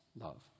love